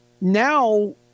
now